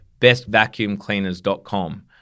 bestvacuumcleaners.com